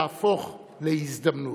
להפוך להזדמנות.